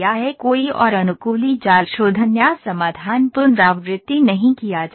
कोई और अनुकूली जाल शोधन या समाधान पुनरावृत्ति नहीं किया जाता है